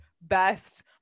best